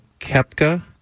Kepka